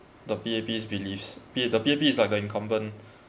the P_A_P's beliefs P the P_A_P is like the incumbent